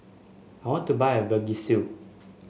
I want to buy a Vagisil